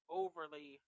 overly